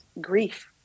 grief